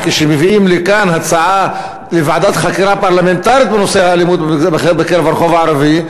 כשמביאים לכאן הצעה לוועדת חקירה פרלמנטרית בנושא האלימות ברחוב הערבי,